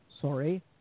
Sorry